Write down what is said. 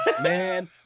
Man